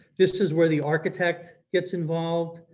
this is where the architect gets involved,